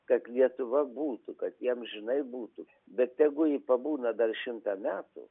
kad lietuva būtų kad ji amžinai būtų bet tegu ji pabūna dar šimtą metų